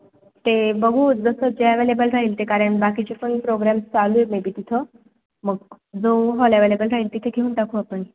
ते बघू जसं जे ॲवेलेबल राहील ते कारण बाकीचे पण प्रोग्रॅम्स चालू आहेत मे बी तिथं मग जो हॉल ॲवेलेबल राहील तिथे घेऊन टाकू आपण